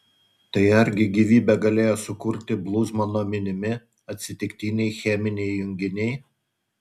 tai argi gyvybę galėjo sukurti bluzmano minimi atsitiktiniai cheminiai junginiai